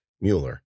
Mueller